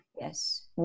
yes